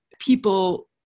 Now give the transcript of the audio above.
people